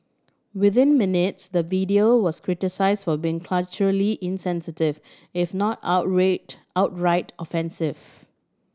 within minutes the video was criticised for being culturally insensitive if not outright offensive